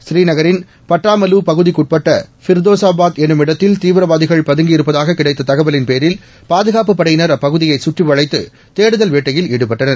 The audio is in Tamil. ஸ்ரீநகரின் பட்டாமலூ பகுதிக்குட்பட்ட ஃபிர்தோஸாபாத் என்னுமிடத்தில் பதுங்கியிருப்பதாகக் தீவிரவாதிகள் கிடைத்த தகவலின்பேரில் பாதுகாப்புப் படையினர் அப்பகுதியை சுற்றிவளைத்து தேடுதல் வேட்டையில் ஈடுபட்டனர்